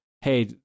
hey